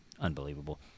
Unbelievable